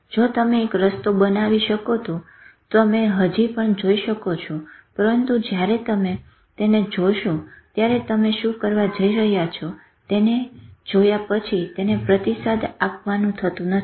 જો તમે એક રસ્તો બનાવી શકો તો તમે હજી પણ જોઈ શકો છો પરંતુ જયારે તમે તેને જોશો ત્યારે તમે શું કરવા જઈ રહ્યા છો તેને જોયા પછી તેને પ્રતિષાદ આપવાનું થતું નથી